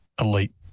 elite